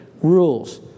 rules